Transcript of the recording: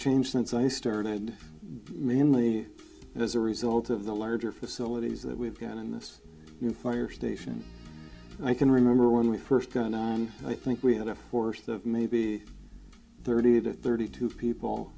changed since i started mainly as a result of the larger facilities that we've had in this fire station and i can remember when we first got i think we had a force of maybe thirty to thirty two people